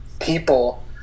people